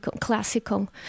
classical